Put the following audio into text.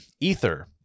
ether